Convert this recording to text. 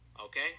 Okay